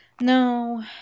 No